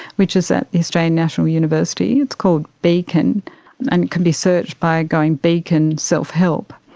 which is at the australian national university, it's called beacon and it can be searched by going beacon self-help.